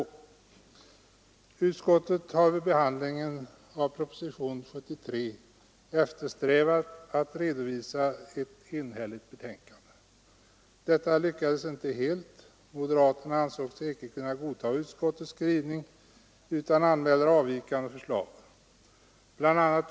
Utskottet har vid behandlingen av propositionen 73 eftersträvat att redovisa ett enhälligt betänkande. Detta lyckades inte helt. Moderaterna anser sig icke kunna godta utskottets skrivning, utan anmäler avvikande förslag. Bl. a.